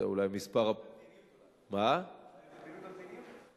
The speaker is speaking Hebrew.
אולי הם שינו את המדיניות.